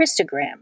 Christogram